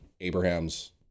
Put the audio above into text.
Abraham's